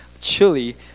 chili